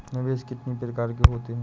निवेश कितनी प्रकार के होते हैं?